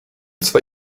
zwar